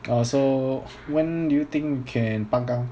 orh so when do you think you can pang kang